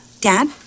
Dad